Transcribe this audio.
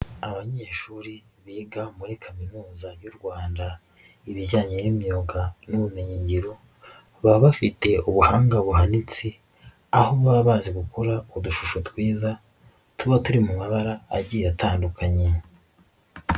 Abanyeshuri biga muri Kaminuza y'u Rwanda ibijyanye n'imyuga n'ubumenyingiro, baba bafite ubuhanga buhanitse, aho baba bazi gukora udushusho twiza, tuba turi mu mabara agiye atandukanye.